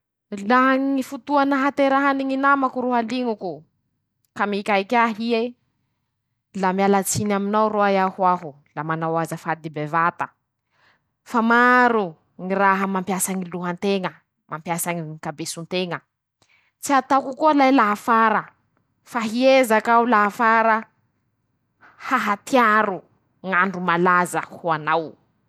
Laha ñy fotoa nahaterahany ñy namako ro haliñoko, ka mikaiky ahy ie: -La mialatsiny aminao roahy hoaho aho ,la manao azafady bevata fa maro ñy raha mampiasa ñy lohan-teña ,mampiasa ñ ñy kabeson-teña ,tsy ataoko koa lahy laha afara fa hiezaky aho laha afara ,hahatiaro ñ'andro malaza ho anao.